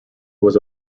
was